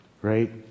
right